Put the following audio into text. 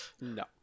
No